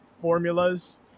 formulas –